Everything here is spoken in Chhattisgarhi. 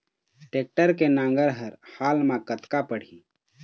टेक्टर के नांगर हर हाल मा कतका पड़िही?